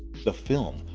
the film,